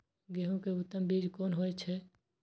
गेंहू के उत्तम बीज कोन होय छे?